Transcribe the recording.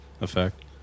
effect